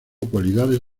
cualidades